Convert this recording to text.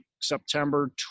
September